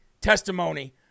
testimony